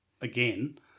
again